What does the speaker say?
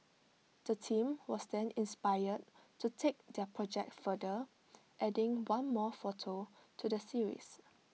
the team was then inspired to take their project further adding one more photo to the series